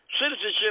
citizenship